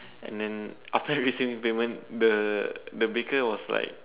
and then after receiving the payment the the baker was like